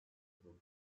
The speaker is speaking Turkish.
durum